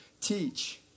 teach